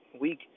week